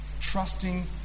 trusting